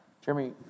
Jeremy